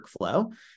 workflow